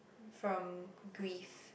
from grief